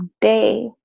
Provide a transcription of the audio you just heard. day